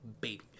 baby